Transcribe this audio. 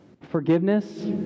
Forgiveness